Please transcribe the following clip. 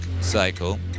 cycle